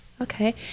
okay